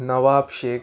Nawab Shaikh